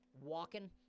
walking